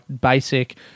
basic